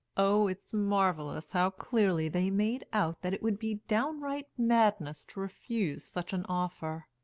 oh, it's marvellous how clearly they made out that it would be downright madness to refuse such an offer.